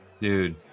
Dude